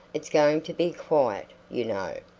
it's going to be quiet, you know.